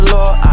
Lord